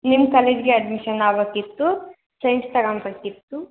ನಿಮ್ಮ ಕಾಲೇಜ್ಗೆ ಅಡ್ಮಿಷನ್ ಆಗ್ಬೇಕಿತ್ತು ಸೈನ್ಸ್ ತಗೊಂಬೇಕಿತ್ತು